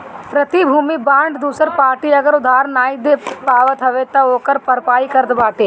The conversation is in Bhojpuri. प्रतिभूति बांड दूसर पार्टी अगर उधार नाइ दे पावत हवे तअ ओकर भरपाई करत बाटे